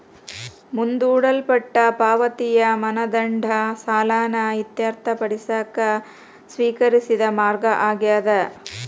ಮುಂದೂಡಲ್ಪಟ್ಟ ಪಾವತಿಯ ಮಾನದಂಡ ಸಾಲನ ಇತ್ಯರ್ಥಪಡಿಸಕ ಸ್ವೇಕರಿಸಿದ ಮಾರ್ಗ ಆಗ್ಯಾದ